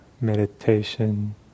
meditation